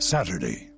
Saturday